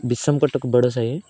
ବିଷମ କଟକ ବଡ଼ ସାହି